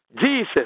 Jesus